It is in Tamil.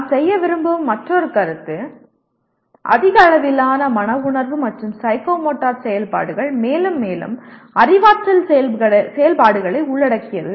நாங்கள் செய்ய விரும்பும் மற்றொரு கருத்து அதிக அளவிலான மன உணர்வு மற்றும் சைக்கோமோட்டர் செயல்பாடுகள் மேலும் மேலும் அறிவாற்றல் செயல்பாடுகளை உள்ளடக்கியது